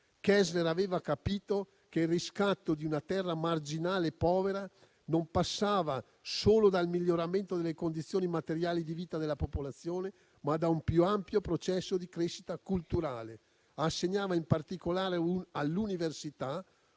Kessler aveva capito che il riscatto di una terra marginale e povera non passava solo dal miglioramento delle condizioni materiali di vita della popolazione, ma da un più ampio processo di crescita culturale. Assegnava in particolare all'università